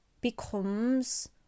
becomes